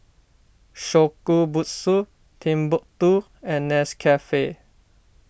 Shokubutsu Timbuk two and Nescafe